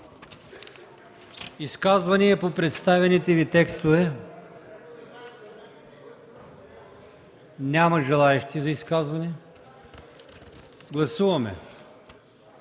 Изказвания по представените ни текстове? Няма желаещи за изказване. Гласуваме